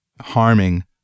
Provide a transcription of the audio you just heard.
harming